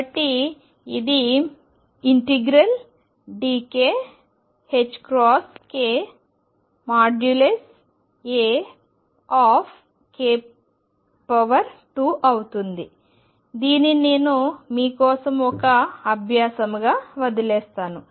కాబట్టి ఇది ∫dk ℏk Ak2 అవుతుంది దీనిని నేను మీ కోసం ఒక అభ్యాసము గా వదిలివేస్తాను